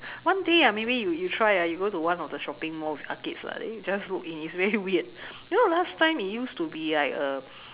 one day ah maybe you try ah you go the one of the shopping mall with arcades lah then you just look in it's very weird you know last time use to be like a